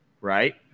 Right